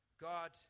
God